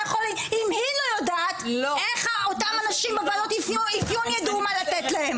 אם היא לא יודעת איך אותם אנשים בוועדות אפיון ידעו מה לתת להם.